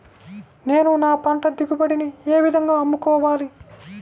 నేను నా పంట దిగుబడిని ఏ విధంగా అమ్ముకోవాలి?